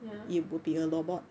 ya